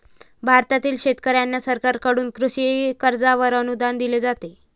भारतातील शेतकऱ्यांना सरकारकडून कृषी कर्जावर अनुदान दिले जाते